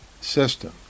system